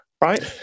Right